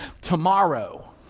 tomorrow